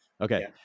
Okay